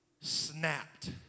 snapped